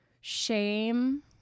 shame